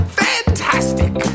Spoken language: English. fantastic